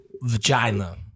vagina